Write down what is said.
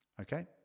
Okay